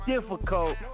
difficult